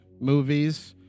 movies